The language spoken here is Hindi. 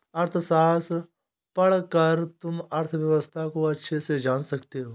अर्थशास्त्र पढ़कर तुम अर्थव्यवस्था को अच्छे से जान सकते हो